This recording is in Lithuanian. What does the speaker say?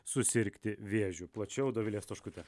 susirgti vėžiu plačiau dovilė stoškutė